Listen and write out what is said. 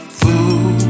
fool